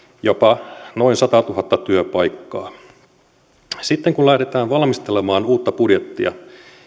jopa noin satatuhatta työpaikkaa kun lähdetään valmistelemaan uutta budjettia